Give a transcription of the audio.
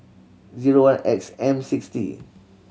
zero one X M six T